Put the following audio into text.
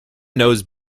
knows